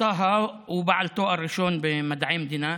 טאהא הוא בעל תואר ראשון במדעי המדינה